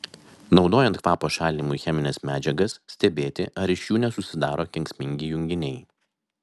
naudojant kvapo šalinimui chemines medžiagas stebėti ar iš jų nesusidaro kenksmingi junginiai